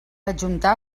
adjuntar